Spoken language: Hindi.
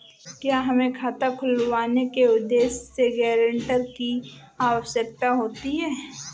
क्या हमें खाता खुलवाने के उद्देश्य से गैरेंटर की आवश्यकता होती है?